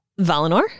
Valinor